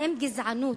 האם גזענות,